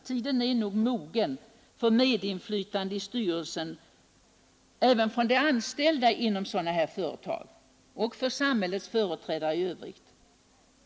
Tiden är nog mogen för medinflytande i styrelsen även för de anställda inom sådana här institutioner och för samhällets företrädare i övrigt.